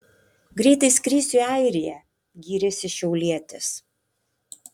greitai skrisiu į airiją gyrėsi šiaulietis